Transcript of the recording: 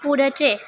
पुढचे